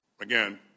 again